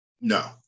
No